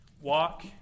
Walk